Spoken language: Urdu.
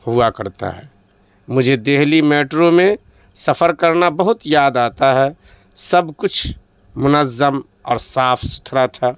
ہوا کرتا ہے مجھے دہلی میٹرو میں سفر کرنا بہت یاد آتا ہے سب کچھ منظم اور صاف ستھرا تھا